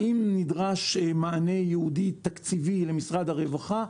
האם נדרש מענה תקציבי ייחודי למשרד הרווחה?